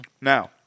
Now